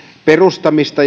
perustamista